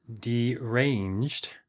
deranged